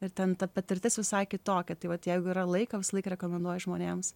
ir ten ta patirtis visai kitokia tai vat jeigu yra laiko rekomenduoju žmonėms